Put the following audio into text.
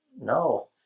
No